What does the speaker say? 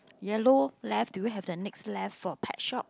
yellow left do we have the next left for pet shop